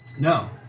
No